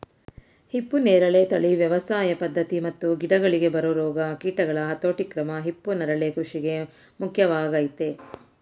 ಹಿಪ್ಪುನೇರಳೆ ತಳಿ ವ್ಯವಸಾಯ ಪದ್ಧತಿ ಮತ್ತು ಗಿಡಗಳಿಗೆ ಬರೊ ರೋಗ ಕೀಟಗಳ ಹತೋಟಿಕ್ರಮ ಹಿಪ್ಪುನರಳೆ ಕೃಷಿಗೆ ಮುಖ್ಯವಾಗಯ್ತೆ